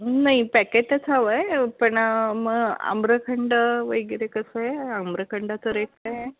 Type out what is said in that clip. नाही पॅकेटच हवं आहे पण मग आम्रखंड वगैरे कसं आहे आम्रखंडचा रेट काय आहे